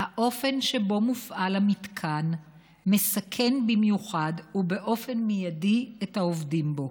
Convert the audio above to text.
האופן שבו מופעל המתקן מסכן במיוחד ובאופן מיידי את העובדים בו,